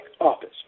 office